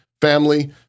family